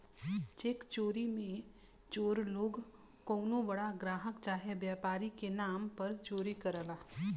check चोरी मे चोर लोग कउनो बड़ा ग्राहक चाहे व्यापारी के नाम पर चोरी करला